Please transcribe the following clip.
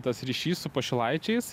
tas ryšys su pašilaičiais